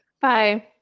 Bye